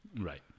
right